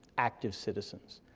active citizens.